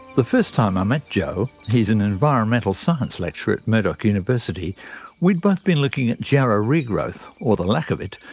the first time i met joe he's an environmental science lecturer at murdoch university we'd both been looking at jarrah regrowth, or the lack of it,